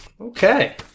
Okay